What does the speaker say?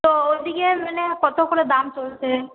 তো ওদিকে মানে কত করে দাম চলছে